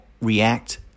react